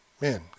man